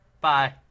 Bye